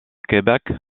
québec